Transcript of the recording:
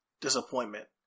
disappointment